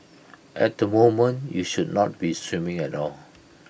at the moment you should not be swimming at all